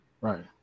Right